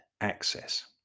access